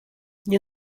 nie